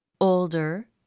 older